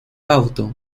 auto